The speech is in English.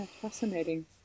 Fascinating